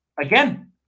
Again